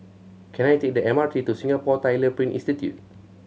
can I take the M R T to Singapore Tyler Print Institute